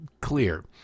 clear